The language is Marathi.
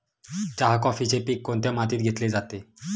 चहा, कॉफीचे पीक कोणत्या मातीत घेतले जाते?